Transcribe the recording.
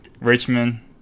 Richmond